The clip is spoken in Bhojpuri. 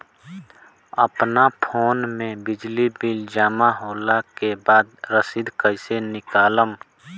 अपना फोन मे बिजली बिल जमा होला के बाद रसीद कैसे निकालम?